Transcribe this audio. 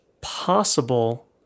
possible